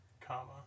Comma